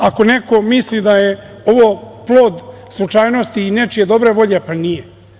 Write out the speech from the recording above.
Ako neko misli da je ovo plod slučajnosti i nečije dobre volje, e pa nije.